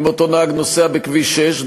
אם אותו נהג נוסע בכביש 6,